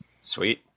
Sweet